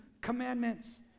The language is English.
commandments